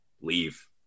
leave